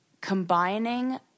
combining